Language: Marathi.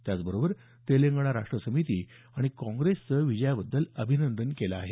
त्याचबरोबर तेलंगणा राष्ट्र समिती आणि काँग्रेसचं विजयाबद्दल अभिनंदन केलं आहे